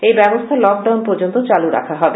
এই ব্যবস্থা lockdown পর্যন্ত চালু রাখা হবে